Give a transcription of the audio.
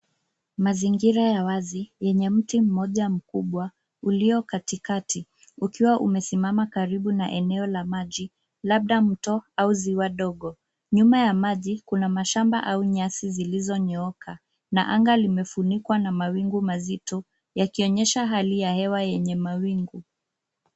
Mazingira ya wazi, yenye mti mmoja mkubwa, ulio katikati, ukiwa umesimama karibu na eneo la maji, labda mto au ziwa dogo. Nyuma ya maji kuna mashamba au nyasi zilizonyooka, na anga limefunikwa na mawingu mazito, yakionyesha hali ya hewa yenye mawingu.